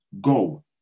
Go